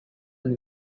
and